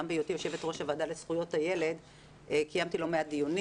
וגם בהיותי יושבת ראש הוועדה לזכויות הילד קיימתי לא מעט דיונים.